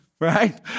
right